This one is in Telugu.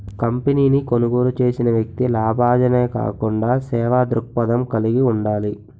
కంపెనీని కొనుగోలు చేసిన వ్యక్తి లాభాజనే కాకుండా సేవా దృక్పథం కలిగి ఉండాలి